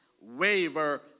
waver